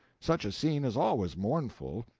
such a scene is always mournful,